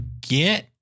get